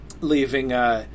leaving